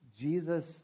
Jesus